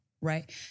right